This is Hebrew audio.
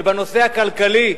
ובנושא הכלכלי,